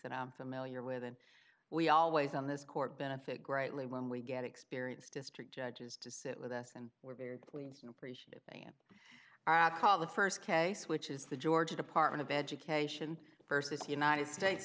that i am familiar with and we always on this court benefit greatly when we get experience district judges to sit with us and we're very pleased and appreciative they are called the first case which is the georgia department of education versus united states